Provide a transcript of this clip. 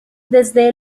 desde